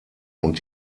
und